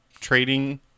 Trading